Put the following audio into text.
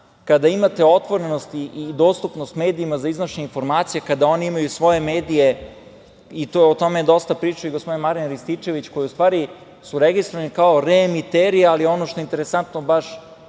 kada imate otvorenost i dostupnost medijima za iznošenje informacija, kada oni imaju svoje medije, o tome je dosta pričao i gospodin Marijan Rističević, koji su u stvari registrovani kao reemiteri, ali ono što je interesantno baš